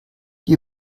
die